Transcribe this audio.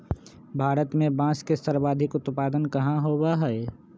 भारत में बांस के सर्वाधिक उत्पादन कहाँ होबा हई?